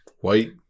white